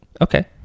okay